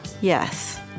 Yes